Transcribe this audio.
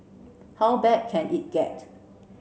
how bad can it get